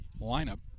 lineup